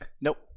Nope